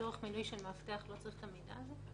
ש': לצורך מינוי מאבטח לא צריך את המידע הזה?